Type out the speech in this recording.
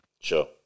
Sure